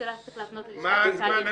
זו שאלה שצריך להפנות ללשכת עורכי הדין.